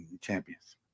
Champions